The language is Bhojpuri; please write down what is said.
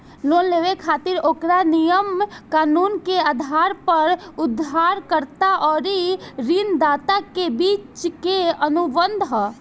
लोन लेबे खातिर ओकरा नियम कानून के आधार पर उधारकर्ता अउरी ऋणदाता के बीच के अनुबंध ह